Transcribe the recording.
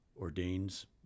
ordains